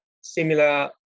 similar